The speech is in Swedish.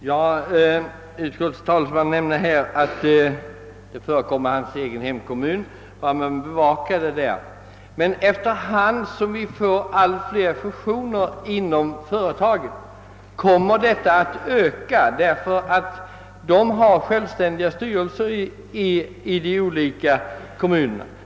Herr talman! Utskottets talesman nämnde att det i hans egen hemkommun förekommer att man bevakar sådana frågor. Men efter hand som det blir allt fler företagsfusioner kommer den här typen av företeelser att öka, eftersom företagen ofta har självständiga styrelser i sina företagsenheter i de olika kommunerna.